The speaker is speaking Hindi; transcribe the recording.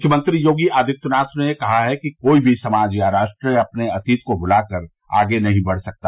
मुख्यमंत्री योगी आदित्यनाथ ने कहा कि कोई भी समाज या राष्ट्र अपने अतीत को भुलाकर आगे नहीं बढ़ सकता